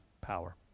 power